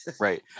Right